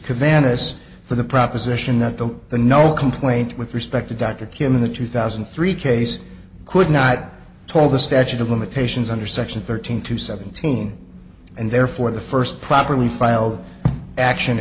vaness for the proposition that the the no complaint with respect to dr kim in the two thousand and three case could not toll the statute of limitations under section thirteen to seventeen and therefore the first properly filed action